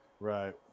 Right